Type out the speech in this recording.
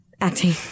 acting